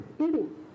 eating